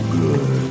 good